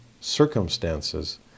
circumstances